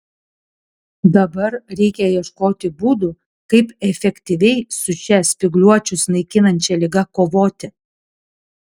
dabar reikia ieškoti būdų kaip efektyviai su šia spygliuočius naikinančia liga kovoti